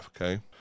Okay